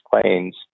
planes